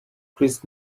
chris